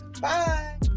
Bye